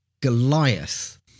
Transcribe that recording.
Goliath